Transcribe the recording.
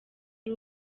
ari